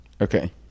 Okay